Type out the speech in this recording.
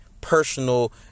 personal